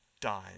died